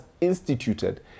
instituted